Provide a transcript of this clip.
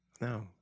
No